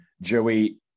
Joey